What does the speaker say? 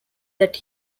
that